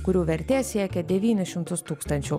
kurių vertė siekia devynis šimtus tūkstančių